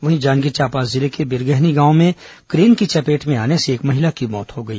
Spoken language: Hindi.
वहीं जांजगीर चांपा जिले के बिरगहनी गांव में क्रेन की चपेट में आने से एक महिला की मौत हो गई